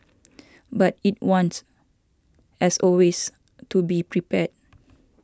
but it wants as always to be prepared